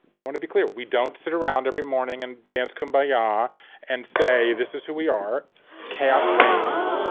i want to be clear. we don't sit around every morning and dance kumbayah ah and say, this is who we are chaos reigns.